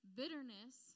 bitterness